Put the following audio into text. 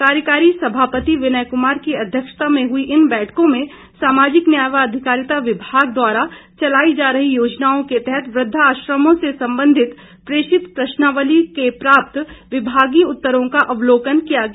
कार्यकारी सभापति विनय कुमार की अध्यक्षता में हुई इन बैठकों में सामाजिक न्याय व अधिकारिता विभाग द्वारा चलाई जा रही योजनाओं के तहत वृद्धा आश्रमों से संबंधित प्रेषित प्रश्नावली के प्राप्त विमागीय उत्तरों का अवलोकन किया गया